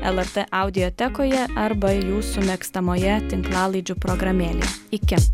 lrt audiotekoje arba jūsų mėgstamoje tinklalaidžių programėlėje iki